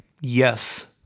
Yes